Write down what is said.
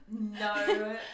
No